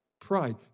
pride